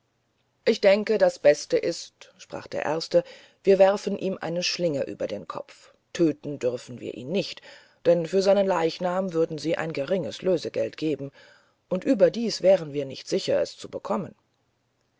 ich denke das beste ist sprach der erste wir werfen ihm eine schlinge über den kopf töten dürfen wir ihn nicht denn für seinen leichnam würden sie ein geringes lösegeld geben und überdies wären wir nicht sicher es zu bekommen